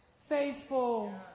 faithful